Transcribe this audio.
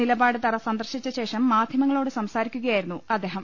നിലപാട്തറ സന്ദർശിച്ച ശേഷം മാധ്യമങ്ങ ളോട് സംസാരിക്കുകയായിരുന്നു അദ്ദേഹം